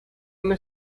una